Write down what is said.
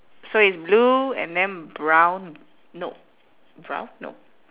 so it's blue and then brown nope brown nope